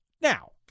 Now